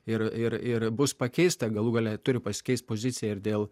ir ir ir bus pakeista galų gale turi pasikeist pozicija ir dėl